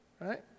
right